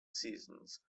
seasons